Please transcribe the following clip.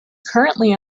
currently